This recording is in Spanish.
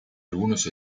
algunos